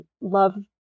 love